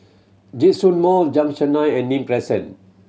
Djitsun Mall Junction Nine and Nim Crescent